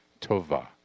Tova